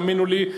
תאמינו לי,